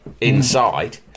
inside